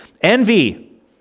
envy